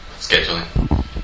scheduling